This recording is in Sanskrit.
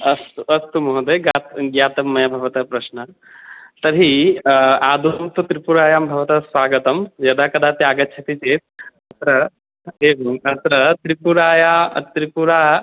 अस्तु अस्तु महोदय ज्ञातं ज्ञातं मया भवतः प्रश्नान् तर्हि आदौ तु त्रिपुरायां भवतः स्वागतं यदा कदापि आगच्छति चेत् अत्र ए अत्र त्रिपुरायाः त्रिपुरा